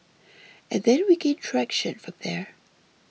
and then we gained traction from there